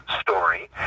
story